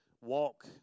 walk